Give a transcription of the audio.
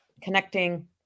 connecting